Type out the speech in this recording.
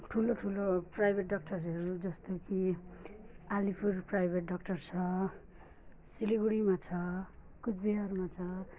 ठुलो ठुलो प्राइभेट डक्टरहरू जस्तो कि अलिपुर प्राइभेट डक्टर छ सिलगढीमा छ कुचबिहारमा छ